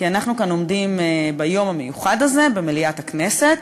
כי אנחנו כאן עומדים ביום המיוחד הזה במליאת הכנסת,